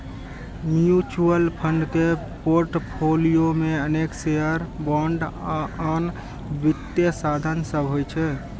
mutual fund के portfolio मे अनेक शेयर, बांड आ आन वित्तीय साधन सभ होइ छै